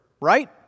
right